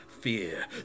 fear